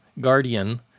Guardian